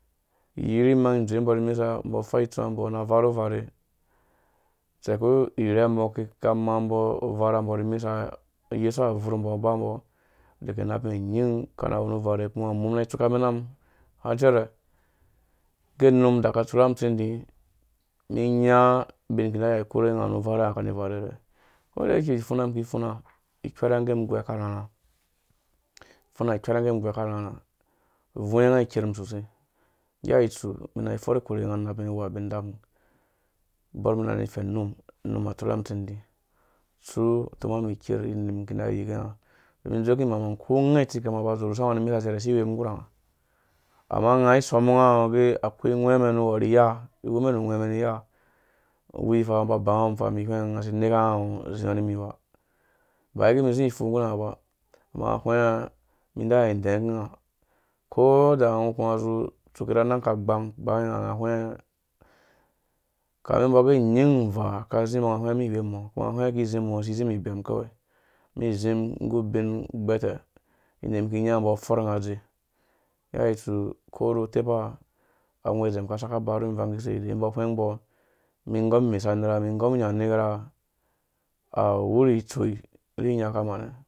Iyiri imang- mang ĩdzowe mbɔ ni imesa umbɔ afai ituwa mbɔ na avarhu verhe utseku irhembɔ aka aka amambɔ uvarhambɔ ni imesa ayɛsa abvuur mbɔ abambɔ udaga unapmɛn unying akana wuru uvarhe ukuma umum ina itsuka mɛ nanum har ucɛrɛ. ingge unum adaka tsuru wa umum utsĩdĩ umi inya ubin iki iya kore nga nu varhe na unga aka ani ivarɛ, already ipfuna mun ikipfuna ikwɛrha ngge umum ugwɛɛ aka arharha ipfuna ha ikwɛrangge umum ugwɛ aka rharhã bui nga iker mum sosai nggea itsu umum inaifɔr ikurhu unga unapmɛn uwua ubin indaku ubɔr umum ina ifɛn num unum atsuruwa umum utsidĩ tsuu atomuwa umum iker inda umum ida iyike ung don ingdzowukũ imang- mang uko unga itsikam nga aba adopu ushawa ra mum isi iwemu nggura nga aba adɔpu ushawa ra mum isi iwemu nggura nga, amma unga ai sɔmuwa ngu age akoi ungwɛmɛn nuwɔ ni iya iwumen nu ungwɛmɛn niya wuriwi faa ngu uba ubangungo umum ufa umum ihweng asi inekango uziĩ nimibo ubawei umum izĩ itu ngguranga ba amma ahwenga ĩdai idɛɛ kũ unga uko uda umbɔ akunga atsuke ra anang aka gbang, agbange unga ahwenga ukami umbɔ age uning, uvaa aka azim ahwenga umum iwem kuma ahwenga oizizimum umɔ isi izimum ibɛm kawai umum izim nggu ubin ugbɛtɛ inda iki inyambɔ afɔrnga akuã adze nggea itsu uko ru utepa, angwɛ dzem aka asaka abaru umum ivang ikisei on umbɔ ahwengmbɔ mum inggɔm imesuwe anera ni inggɔm inya unera awuri tsoi ri inyaka mum